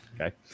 Okay